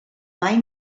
mai